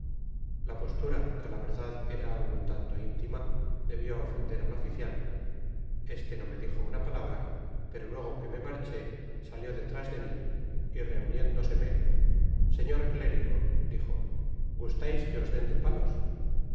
la postura que á la verdad era algun tanto intima debió ofender al oficial este no me dijo nna palabra pero tuegp que me marchó salió detrás de mi y reuniéndoseme señor clérigo dijo gustais que os dén de palos